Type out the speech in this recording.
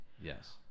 Yes